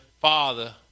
father